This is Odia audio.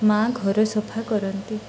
ମା ଘରେ ସଫା କରନ୍ତି